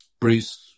Bruce